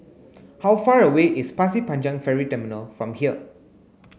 how far away is Pasir Panjang Ferry Terminal from here